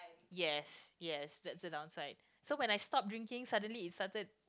yes yes that's in outside so when I stop drinking suddenly it started